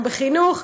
גם בחינוך.